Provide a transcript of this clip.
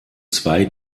zwei